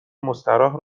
مستراح